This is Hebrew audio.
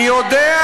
אני יודע,